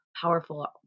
powerful